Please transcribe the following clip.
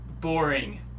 boring